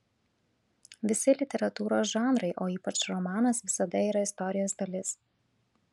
visi literatūros žanrai o ypač romanas visada yra istorijos dalis